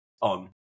on